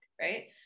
right